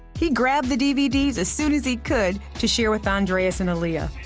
he grabbed the dvds as soon as he could to share with andreas and alia.